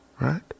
right